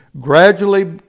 Gradually